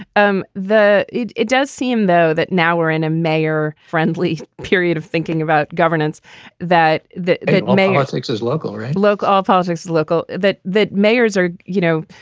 um the it it does seem, though, that now we're in a mayor friendly period of thinking about governance that that may or ethics as local right. look, all politics is local that that mayors are, you know,